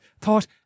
Thought